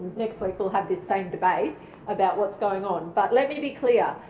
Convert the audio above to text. next week we'll have this same debate about what's going on but let me be clear.